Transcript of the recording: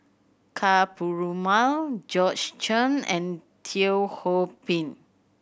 Ka Perumal Georgette Chen and Teo Ho Pin